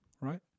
right